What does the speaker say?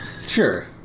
Sure